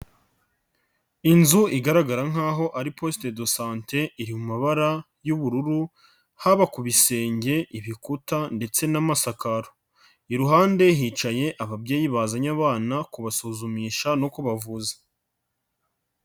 Inzu igaragara nkaho ari poste de sante iri mabara y'ubururu, haba ku bisenge, ibikuta ndetse n'amasakaro. Iruhande hicaye ababyeyi bazanye abana kubasuzumisha no kubavuza.